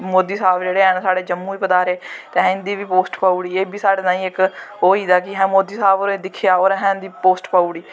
मोदी साह्ब जेह्ड़े हैन जम्मू बी पधारे ते इंदी बी असें पोस्ट पाई ओड़ी एह् बी साढ़े तांई होई दा कि मोदा साह्ब होरें दिक्खेआ ते असे ओह्दी पोस्ट पाई ओड़ी